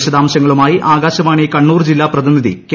വിശദാംശങ്ങളുമായി ആകാശവാണ് പ്ക്ണ്ണൂർ ജില്ലാ പ്രതിനിധി കെ